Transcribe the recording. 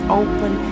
open